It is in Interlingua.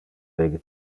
lege